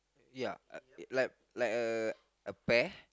ya like a like a bear